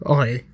Okay